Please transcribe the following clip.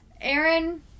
aaron